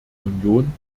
union